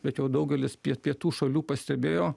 bet jau daugelis pie pietų šalių pastebėjo